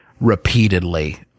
repeatedly